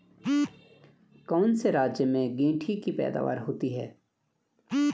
कौन से राज्य में गेंठी की पैदावार होती है?